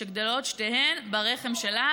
שגדלות שתיהן ברחם שלה.